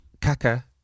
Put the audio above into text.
Kaka